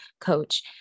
coach